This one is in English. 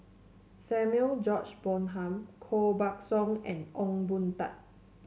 Samuel George Bonham Koh Buck Song and Ong Boon Tat